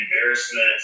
embarrassment